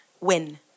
win